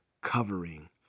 covering